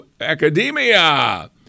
Academia